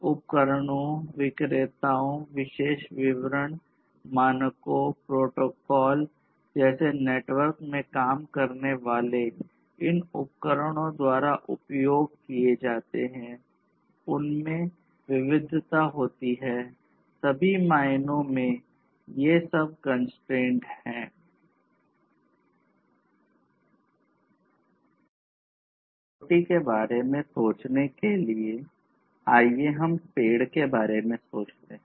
IoT के बारे में सोचने के लिए आइए हम पेड़ के बारे में सोचते हैं